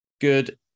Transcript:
Good